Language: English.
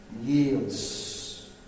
Yields